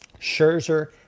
Scherzer